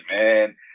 man